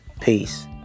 Peace